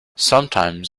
sometimes